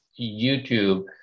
YouTube